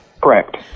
Correct